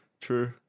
true